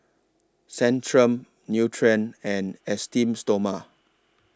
Centrum Nutren and Esteem Stoma